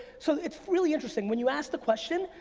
so it's really interesting, when you ask the question,